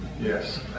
Yes